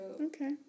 Okay